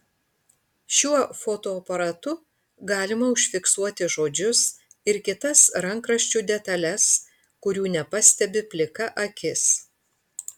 šiuo fotoaparatu galima užfiksuoti žodžius ir kitas rankraščių detales kurių nepastebi plika akis